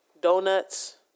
donuts